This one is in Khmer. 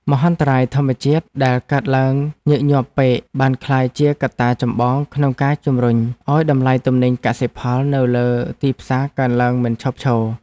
មហន្តរាយធម្មជាតិដែលកើតឡើងញឹកញាប់ពេកបានក្លាយជាកត្តាចម្បងក្នុងការជម្រុញឱ្យតម្លៃទំនិញកសិផលនៅលើ ទីផ្សារកើនឡើងមិនឈប់ឈរ។